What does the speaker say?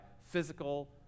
physical